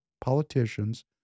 politicians